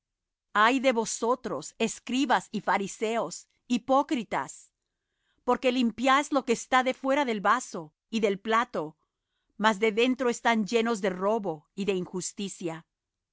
ay de vosotros escribas y fariseos hipócritas porque limpiais lo que está de fuera del vaso y del plato mas de dentro están llenos de robo y de injusticia